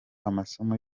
amasomo